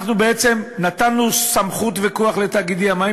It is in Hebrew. אנחנו בעצם נתנו סמכות וכוח לתאגידי המים,